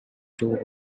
too